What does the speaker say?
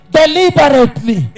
deliberately